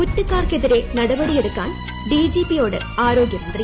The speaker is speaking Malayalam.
കുറ്റക്കാർക്കെതിരെ നടപടിയെടുക്കാൻ ഡിജിപിയോട് ആരോഗ്യമന്ത്രി